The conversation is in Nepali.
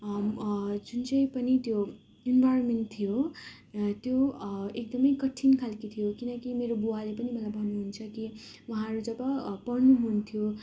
जुन चाहिँ पनि त्यो इन्भाइरोमेन्ट थियो त्यो एकदमै कठिन खालके थियो किनकि मेरो बुबाले पनि मलाई भन्नुहुन्छ कि उहाँहरू जब पढ्नुहुन्थ्यो